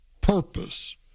purpose